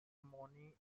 mooney